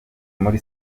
muri